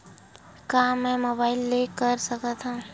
का मै मोबाइल ले कर सकत हव?